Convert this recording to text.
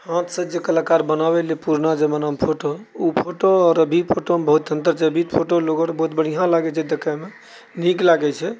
हाथसँ जे कलकार बनाबैले पुरना जमानामऽ फोटो ओ फोटोअर अभी फोटोमऽ बहुत अन्तर छै अभी फोटो लोग अर बहुत बढ़िआँ लागैत छै देखयमे नीक लागैत छै